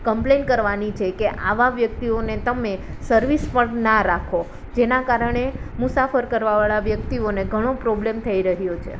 complain કરવાની છે કે આવા વ્યક્તિઓને તમે સર્વિસ પર ના રાખો જેના કારણે મુસાફર કરવાવાળા વ્યક્તિઓને ઘણો પ્રોબ્લેમ થઈ રહ્યો છે